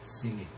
singing